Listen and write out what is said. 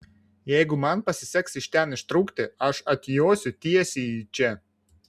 jeigu man pasiseks iš ten ištrūkti aš atjosiu tiesiai į čia